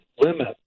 limit